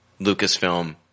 Lucasfilm